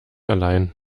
allein